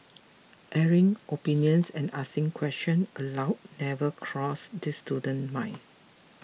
airing opinions and asking question aloud never crossed this student's mind